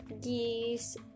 geese